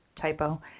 typo